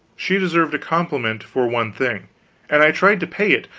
she deserved a compliment for one thing and i tried to pay it,